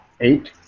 Eight